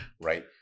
Right